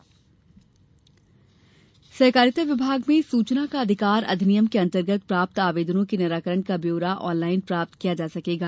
सहकारिता सहकारिता विभाग में सूचना का अधिकार अधिनियम के अंतर्गत प्राप्त आवेदनों के निराकरण का ब्यौरा ऑनलाइन प्राप्त किया जा सकेगा